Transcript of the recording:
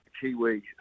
Kiwi